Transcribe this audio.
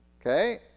Okay